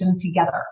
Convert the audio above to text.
together